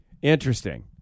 Interesting